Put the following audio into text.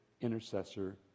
intercessor